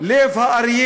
לב הארי